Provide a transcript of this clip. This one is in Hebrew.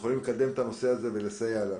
שיכולים לקדם את הנושא הזה ולסייע לנו.